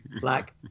Black